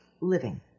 living